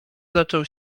zaczął